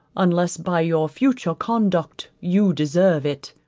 unless by your future conduct you deserve it.